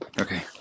Okay